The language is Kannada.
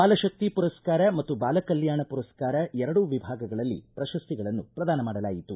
ಬಾಲಕಕ್ತಿ ಪುರಸ್ಕಾರ ಮತ್ತು ಬಾಲ ಕಲ್ಕಾಣ ಪುರಸ್ಕಾರ ಎರಡು ವಿಭಾಗಗಳಲ್ಲಿ ಪ್ರಶಸ್ತಿಗಳನ್ನು ಪ್ರದಾನ ಮಾಡಲಾಯಿತು